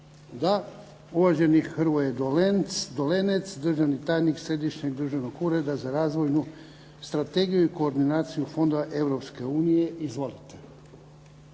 Da. Uvaženi Hrvoje Dolenec, državni tajnik Središnjeg državnog ureda za razvojnu strategiju i koordinaciju fonda Europske unije. Izvolite.